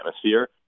atmosphere